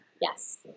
Yes